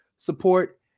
Support